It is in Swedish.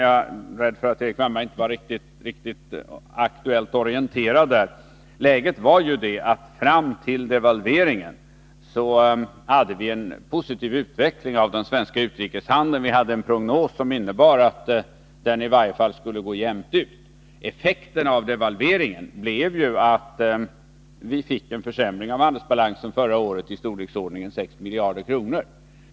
Jag är rädd för att Erik Wärnberg inte var riktigt aktuellt orienterad där. Läget var att fram till devalveringen hade vi en positiv utveckling av den svenska utrikeshandeln. Vi hade en prognos som innebar att utrikeshandeln i varje fall skulle gå jämnt ut. Effekterna av devalveringen blev att vi fick en försämring av handelsbalansen förra året i storleksordningen 6 miljarder kronor.